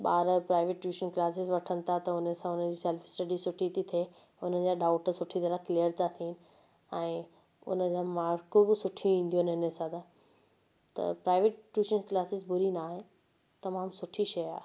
ॿार private tuition classes वठनि था त हुन सां हुनजी सैल्फ स्टडी सुठी थी थिए हुनजा डाउट सुठी तरह क्लीयर था थियनि ऐं हुन सां मार्कू बि सुठियूं ईंदियूं आहिनि हिन सां त त प्राइवेट ट्यूशन क्लासिस बुरी न आहे तमामु सुठी शइ आहे